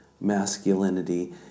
masculinity